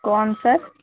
କ'ଣ ସାର୍